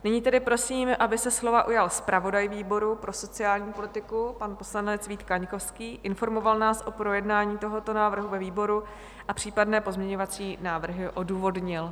Nyní prosím, aby se slova ujal zpravodaj výboru pro sociální politiku, pan poslanec Vít Kaňkovský, informoval nás o projednání tohoto návrhu ve výboru a případné pozměňovací návrhy odůvodnil.